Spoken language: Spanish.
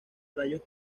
rayos